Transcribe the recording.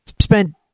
spent